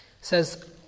says